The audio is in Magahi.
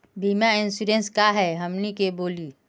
बीमा इंश्योरेंस का है हमनी के बोली?